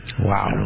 Wow